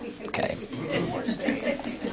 Okay